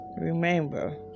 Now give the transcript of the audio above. remember